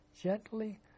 gently